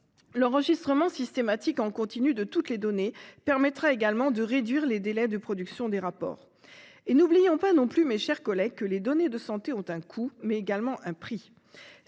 L'enregistrement systématique en continu de toutes les données permettra enfin de réduire les délais de production des rapports. Et n'oublions pas non plus, mes chers collègues, que les données de santé ont un coût, mais également un prix